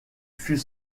fut